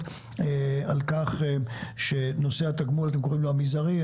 נושא התגמול שאתם קוראים לו המזערי,